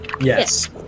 Yes